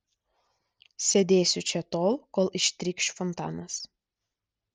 sėdėsiu čia tol kol ištrykš fontanas